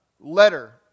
letter